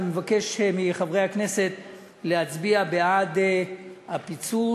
אני מבקש מחברי הכנסת להצביע בעד הפיצול.